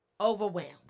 overwhelmed